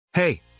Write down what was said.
Hey